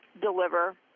deliver